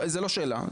זה לא שאלה.